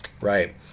Right